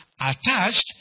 attached